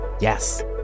Yes